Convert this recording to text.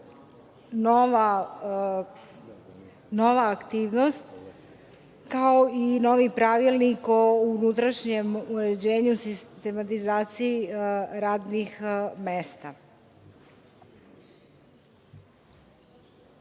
nova aktivnost, kao i novi pravilnik o unutrašnjem uređenju i sistematizaciji radnih mesta.